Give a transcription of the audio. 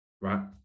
right